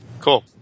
Cool